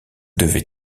devez